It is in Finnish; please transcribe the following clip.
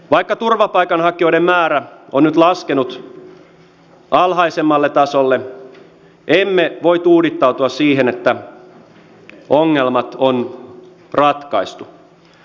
vaikka turvapaikanhakijoiden määrä on nyt laskenut alhaisemmalle tasolle emme voi tuudittautua siihen että ongelmat on ratkaistu